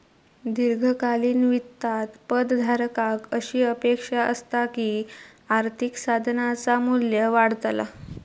दीर्घकालीन वित्तात पद धारकाक अशी अपेक्षा असता की आर्थिक साधनाचा मू्ल्य वाढतला